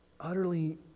utterly